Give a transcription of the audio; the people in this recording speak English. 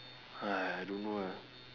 !hais! I don't know ah